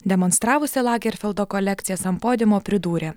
demonstravusi lagerfeldo kolekcijas ant podiumo pridūrė